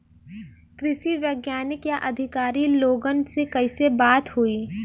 कृषि वैज्ञानिक या अधिकारी लोगन से कैसे बात होई?